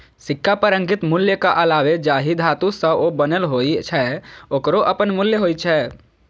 सिक्का पर अंकित मूल्यक अलावे जाहि धातु सं ओ बनल होइ छै, ओकरो अपन मूल्य होइ छै